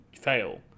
fail